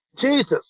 Jesus